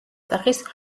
სახის